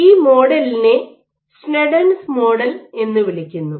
ഈ മോഡലിനെ Sneddon's model Sneddon's model എന്ന് വിളിക്കുന്നു